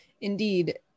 Indeed